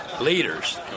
leaders